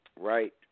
Right